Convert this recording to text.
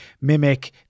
mimic